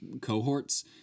cohorts